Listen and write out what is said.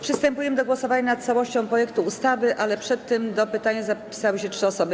Przystępujemy do głosowania nad całością projektu ustawy, ale przed tym do pytania zapisały się trzy osoby.